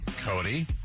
Cody